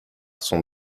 sont